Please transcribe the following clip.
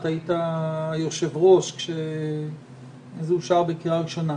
היית היושב-ראש כשההצעה אושרה בקריאה ראשונה.